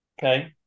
Okay